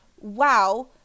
wow